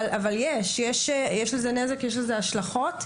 אבל יש לזה נזק ויש לזה השלכות,